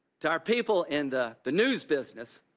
to our people in the the news business,